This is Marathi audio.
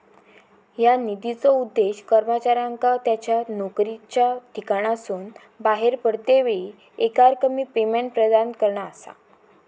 ह्या निधीचो उद्देश कर्मचाऱ्यांका त्यांच्या नोकरीच्या ठिकाणासून बाहेर पडतेवेळी एकरकमी पेमेंट प्रदान करणा असा